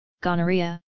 gonorrhea